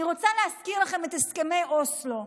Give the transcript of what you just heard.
אני רוצה להזכיר לכם את הסכמי אוסלו,